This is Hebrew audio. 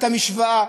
את המשוואה,